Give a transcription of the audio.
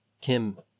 Kim